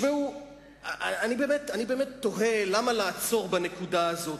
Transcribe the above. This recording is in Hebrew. אני באמת תוהה למה לעצור בנקודה הזאת,